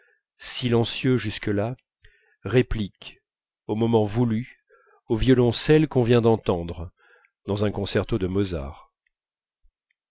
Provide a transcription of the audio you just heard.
silencieux jusque-là réplique au moment voulu au violoncelle qu'on vient d'entendre dans un concerto de mozart